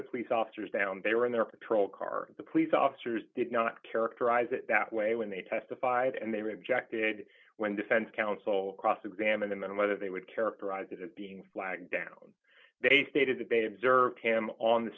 the police officers down there in their patrol car the police officers did not characterize it that way when they testified and they rejected when defense counsel cross examine them and whether they would characterize it as being flagged down they stated the baby observed him on the